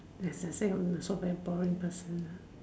as I was saying I'm also a very boring person lah